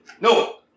No